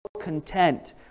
content